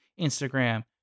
Instagram